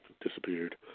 disappeared